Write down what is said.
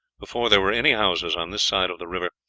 before there were any houses on this side of the river,